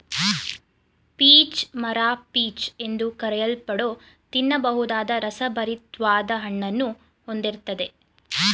peach ಮರ peach ಎಂದು ಕರೆಯಲ್ಪಡೋ ತಿನ್ನಬಹುದಾದ ರಸಭರಿತ್ವಾದ ಹಣ್ಣನ್ನು ಹೊಂದಿರ್ತದೆ